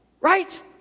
right